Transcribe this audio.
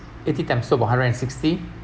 eighty times two so about a hundred and sixty